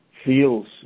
feels